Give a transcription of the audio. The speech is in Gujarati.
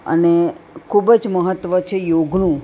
અને ખૂબ જ મહત્ત્વ છે યોગનું